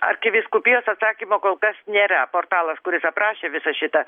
arkivyskupijos atsakymo kol kas nėra portalas kuris aprašė visą šitą